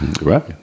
Right